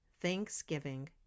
thanksgiving